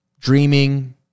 dreaming